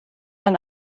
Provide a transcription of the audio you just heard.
dann